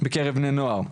בקרב בני נוער.